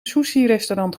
sushirestaurant